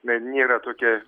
na nėra tokia